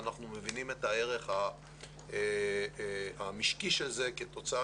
ואנחנו מבינים את הערך המשקי של זה כתוצאה